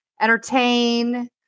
entertain